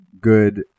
good